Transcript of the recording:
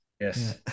Yes